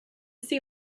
see